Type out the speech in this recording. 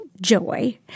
joy